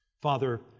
Father